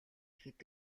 хэд